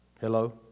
Hello